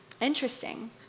Interesting